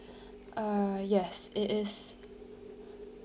uh yes it is